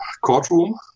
courtroom